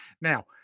Now